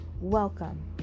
Welcome